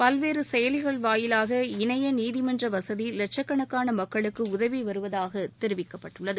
பல்வேறு செயலிகள் வாயிலாக இணைய நீதிமன்ற வசதி வட்ச கணக்கான மக்களுக்கு உதவி வருவதாக தெரிவிக்கப்பட்டுள்ளது